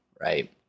right